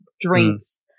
drinks